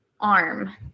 arm